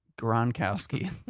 Gronkowski